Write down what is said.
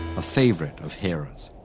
a favorite of hera's.